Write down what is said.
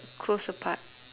close apart